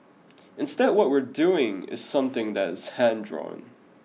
instead what we are doing is something that is hand drawn